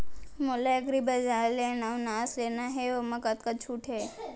मोला एग्रीबजार ले नवनास लेना हे ओमा कतका छूट हे?